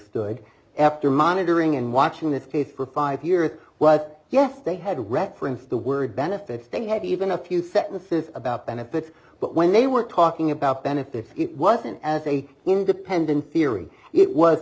stood after monitoring and watching the thief for five years what yes they had referenced the word benefits they could have even a few sentences about benefits but when they were talking about benefits it wasn't as a independent theory it was